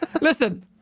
Listen